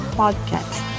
podcast